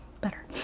better